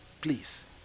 Please